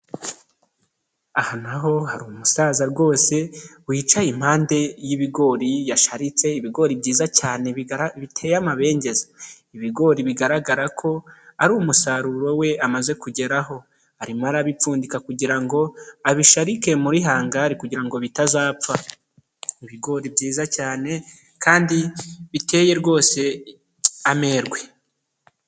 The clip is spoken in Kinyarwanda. Aha na ho hari umusaza rwose wicaye impande y'ibigori, yasharitse ibigori byiza cyane biteye amabengeza. Ibigori bigaragara ko ari umusaruro we amaze kugeraho. Arimo arabipfundika kugira ngo abisharike muri hangari kugira ngo bitazapfa. Ibigori byiza cyane kandi biteye rwose amerwe.